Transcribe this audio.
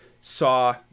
saw